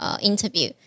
interview